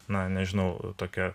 na nežinau tokia